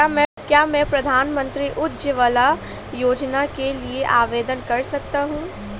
क्या मैं प्रधानमंत्री उज्ज्वला योजना के लिए आवेदन कर सकता हूँ?